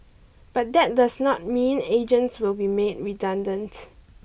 but that does not mean agents will be made redundant